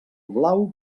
blau